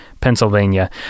Pennsylvania